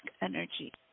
energy